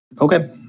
Okay